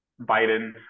Biden